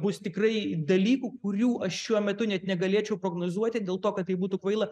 bus tikrai dalykų kurių aš šiuo metu net negalėčiau prognozuoti dėl to kad tai būtų kvaila